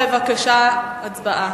בבקשה, הצבעה.